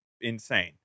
insane